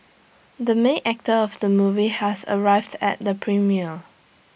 the main actor of the movie has arrived at the premiere